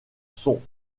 sont